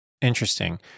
Interesting